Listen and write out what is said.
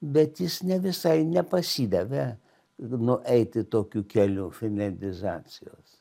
bet jis ne visai nepasidavė nu eiti tokiu keliu finliandizacijos